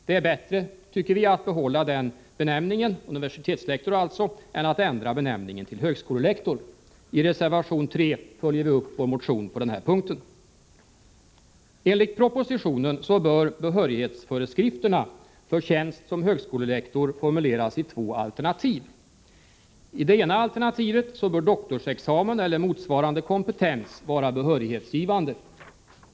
Det är bättre, tycker vi, att behålla benämningen universitetslektor än att ändra benämningen till högskolelektor. I reservation 3 följer vi upp vår motion på den punkten. Enligt propositionen bör behörighetsföreskrifterna för tjänst som högskolelektor formuleras i två alternativ. I det ena alternativet bör doktorsexamen eller motsvarande kompetens vara behörighetsgivande.